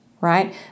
Right